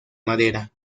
madera